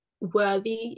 worthy